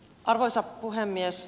arvoisa puhemies